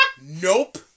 Nope